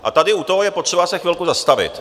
A tady u toho je potřeba se chvilku zastavit.